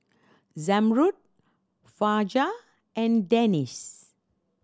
Zamrud Fajar and Danish